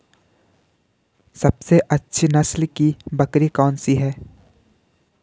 सबसे अच्छी नस्ल की बकरी कौन सी है?